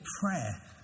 prayer